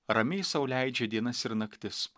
ramiai sau leidžia dienas ir naktis